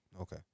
Okay